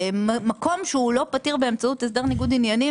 מקום שהוא לא פתיר באמצעות הסדר ניגוד עניינים,